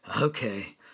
Okay